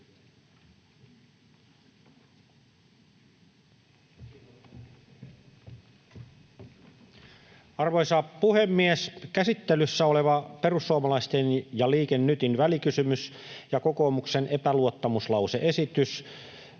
Arvoisa puhemies! Käsittelyssä oleva perussuomalaisten ja Liike Nytin välikysymys ja kokoomuksen epäluottamuslause-esitys